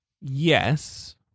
yes